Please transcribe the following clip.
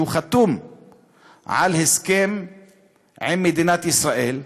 שחתום על הסכם עם מדינת ישראל,